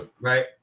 right